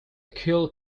killed